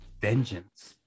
Vengeance